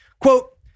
Quote